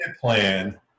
plan